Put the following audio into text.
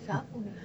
Subway